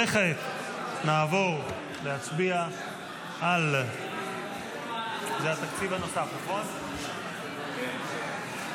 וכעת נעבור להצביע על חוק תקציב נוסף לשנת הכספים 2024 (מס'